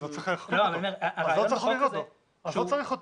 אז לא צריך לחוקק אותו, אז לא צריך אותו.